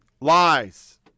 lies